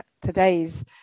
today's